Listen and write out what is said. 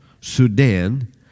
Sudan